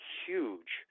huge